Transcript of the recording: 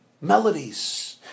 melodies